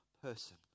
person